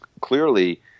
clearly